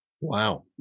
Wow